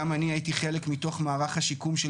גם אני הייתי חלק מתוך מערך השיקום של